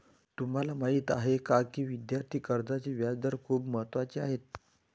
तुम्हाला माहीत आहे का की विद्यार्थी कर्जाचे व्याजदर खूप महत्त्वाचे आहेत?